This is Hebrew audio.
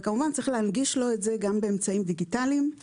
וכמובן צריך להנגיש לו את זה גם באמצעים דיגיטליים ולא לחייב את הצרכן.